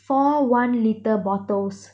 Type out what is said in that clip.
four one litre bottles